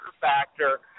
factor